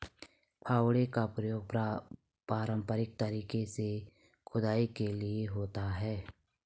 फावड़े का प्रयोग पारंपरिक तरीके से खुदाई के लिए होता है